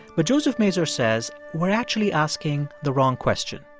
but joseph mazur says we're actually asking the wrong question.